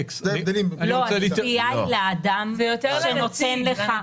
לא, הצפייה היא לנציג.